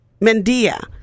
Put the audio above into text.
Mendia